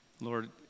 Lord